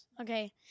Okay